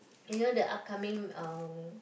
you know the upcoming um